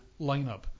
lineup